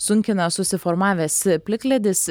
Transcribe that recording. sunkina susiformavęs plikledis